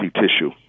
tissue